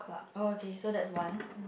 oh okay so that's one